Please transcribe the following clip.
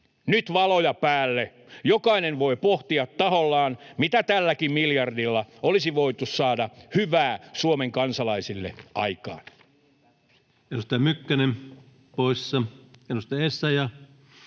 Nyt valoja päälle. Jokainen voi pohtia tahollaan, mitä tälläkin miljardilla olisi voitu saada hyvää Suomen kansalaisille aikaan.